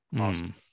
Awesome